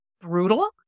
brutal